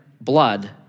blood